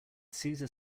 cesar